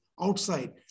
outside